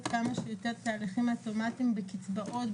כמה שיותר תהליכים אוטומטיים בקצבאות,